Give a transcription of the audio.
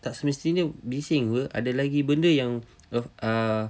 tak semestinya bising apa ada lagi benda yang uh